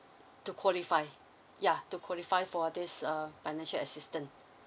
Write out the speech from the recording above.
to qualify ya to qualify for this err financial assistant